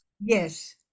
Yes